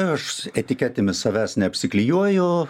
aš etiketėmis savęs neapsiklijuoju